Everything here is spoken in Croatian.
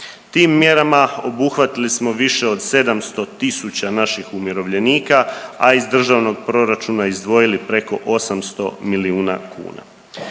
Tim mjerama obuhvatili smo više od 700.000 naših umirovljenika, a iz državnog proračuna izdvojili preko 800 milijuna kuna.